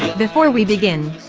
before we begin.